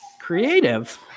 Creative